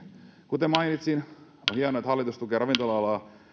kuten mainitsin on hienoa että hallitus tukee ravintola alaa